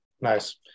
Nice